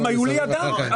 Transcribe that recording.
הם היו לידם.